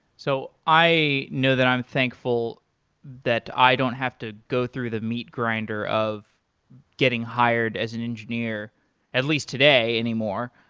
so i know that i'm thankful that i don't have to go through the meat grinder of getting hired as an engineer at least today anymore.